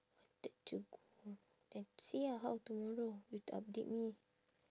wanted to go then see ah how tomorrow you to update me